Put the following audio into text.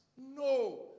No